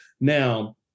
Now